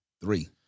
three